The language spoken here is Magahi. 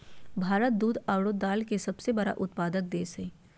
भारत दूध आरो दाल के सबसे बड़ा उत्पादक देश हइ